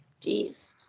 Jeez